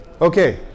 Okay